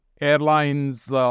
airlines